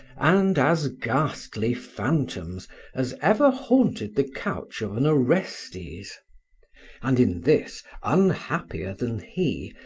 and as ghastly phantoms as ever haunted the couch of an orestes and in this unhappier than he,